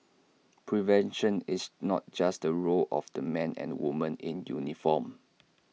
prevention is not just the role of the men and women in uniform